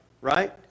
right